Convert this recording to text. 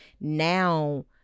now